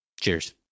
Cheers